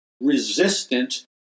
resistant